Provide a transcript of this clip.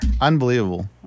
Unbelievable